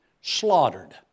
slaughtered